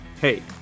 Hey